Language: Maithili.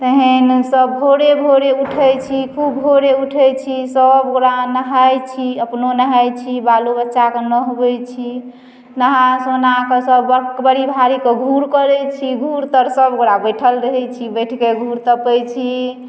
तखन सभ भोरे भोरे उठैत छी खूब भोरे उठैत छी सभगोटए नहाइत छी अपनो नहाइत छी बालो बच्चाकेँ नहबैत छी नहा सुना कऽ सभ बड़ी भारीके घूर करैत छी घूर तर सभ गोटए बैठल रहैत छी बैठिके घूर तपैत छी